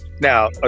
now